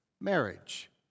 marriage